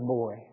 boy